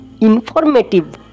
informative